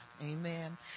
Amen